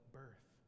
birth